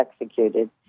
executed